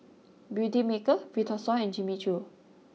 Beautymaker Vitasoy and Jimmy Choo